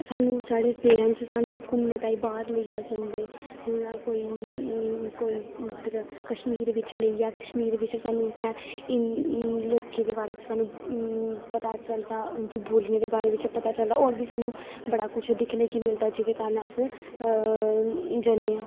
साढ़े पेरेंटस सानूं बाह्र लेई जंदे जि'यां कोई उद्धर कश्मीर बिच्च लेइयै कश्मीर बिच्च लेइयै सानूं उत्थै लोकें दे बारे च पता चलदा उं'दी बोली दे बारे च पता चलदा होर बी सानूं बड़ा किश दिक्खने गी मिलदा कन्नै अस जनेआं